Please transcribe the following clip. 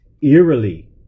Eerily